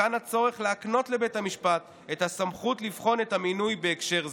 מכאן הצורך להקנות לבית המשפט את הסמכות לבחון את המינוי בהקשר זה.